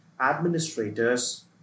administrators